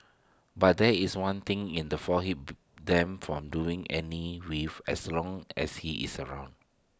but there is one thing in the for hub them from doing any with as long as he is around